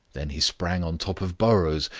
then he sprang on top of burrows,